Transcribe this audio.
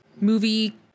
movie